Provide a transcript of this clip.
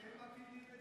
אתה לא צריך לשכנע אותי,